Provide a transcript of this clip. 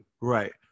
right